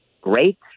great